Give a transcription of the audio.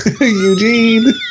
Eugene